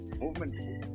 Movement